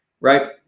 right